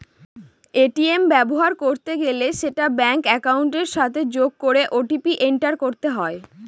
ATM ব্যবহার করতে গেলে সেটা ব্যাঙ্ক একাউন্টের সাথে যোগ করে ও.টি.পি এন্টার করতে হয়